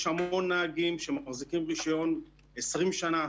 יש המון נהגים שמחזיקים רישיון 20 שנה,